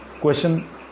question